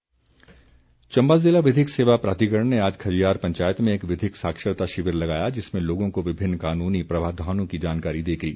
विधिक साक्षरता चम्बा ज़िला विधिक सेवा प्राधिकरण ने आज खजियार पंचायत में एक विधिक साक्षरता शिविर लगाया जिसमें लोगों को विभिन्न कानूनी प्रावधानों की जानकारी दी गई